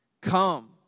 Come